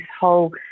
whole